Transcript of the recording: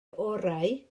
orau